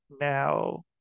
now